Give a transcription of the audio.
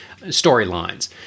storylines